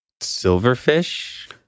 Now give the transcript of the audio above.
Silverfish